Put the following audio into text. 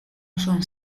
osoan